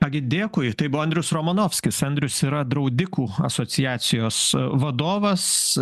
ką gi dėkui tai buvo andrius romanovskis andrius yra draudikų asociacijos vadovas